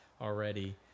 already